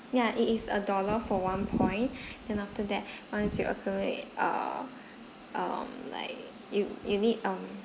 ya it is a dollar for one point then after that once you accumulate uh um like you you need um